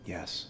Yes